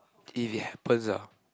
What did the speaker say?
if it happens ah